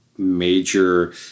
major